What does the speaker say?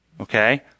Okay